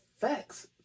Facts